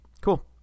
cool